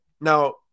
Now